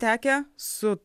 tekę su